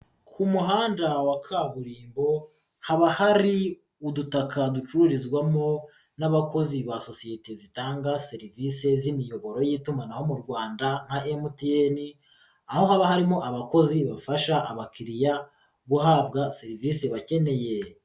Ku muhanda wa kaburimbo haba hari udutaka ducururizwamo n'abakozi ba sosiyete zitanga serivisi z'imiyoboro y'itumanaho mu Rwanda nka MTN, aho haba harimo abakozi bafasha abakiriya guhabwa serivisi bakeneye.